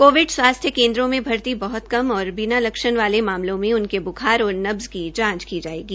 Covid स्वास्थ्य केन्द्रों में भर्ती बहुत कम और बिना लक्षण वाले मामलों में उनके बुखार और नब्ज की जांच की जायेगी